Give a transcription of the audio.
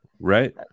Right